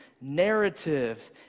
narratives